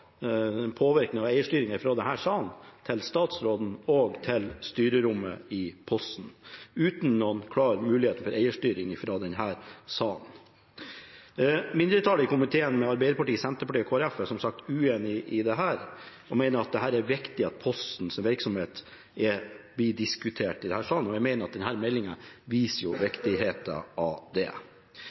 klar mulighet for eierstyring fra denne salen. Mindretallet i komiteen, Arbeiderpartiet, Senterpartiet og Kristelig Folkeparti, er som sagt uenig i dette, og mener det er viktig at Posten som virksomhet blir diskutert i denne salen. Jeg mener at denne meldingen viser viktigheten av det.